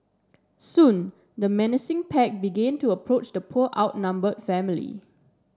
soon the menacing pack began to approach the poor outnumber family